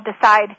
decide